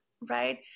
right